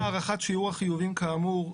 "לעניין הערכת שיעור החייבים כאמור,